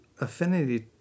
affinity